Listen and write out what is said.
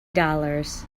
dollars